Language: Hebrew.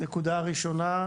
הנקודה הראשונה,